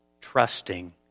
trusting